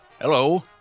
Hello